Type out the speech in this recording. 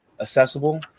accessible